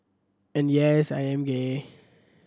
and yes I am gay